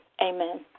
Amen